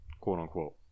quote-unquote